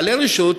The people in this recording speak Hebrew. בעלי רשות,